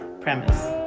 premise